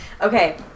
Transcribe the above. Okay